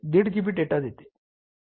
5 GB data देते